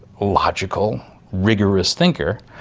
logical, rigorous thinker,